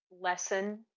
Lesson